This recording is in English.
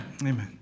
Amen